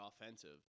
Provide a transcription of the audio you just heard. offensive